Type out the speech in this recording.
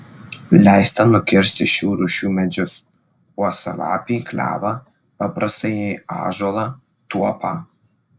leista nukirsti šių rūšių medžius uosialapį klevą paprastąjį ąžuolą tuopą